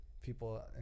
people